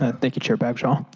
ah thank you chair bagshaw,